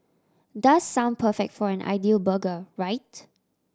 does sound perfect for an ideal burger right